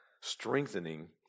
strengthening